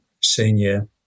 senior